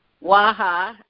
Waha